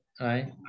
Right